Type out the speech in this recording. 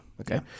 Okay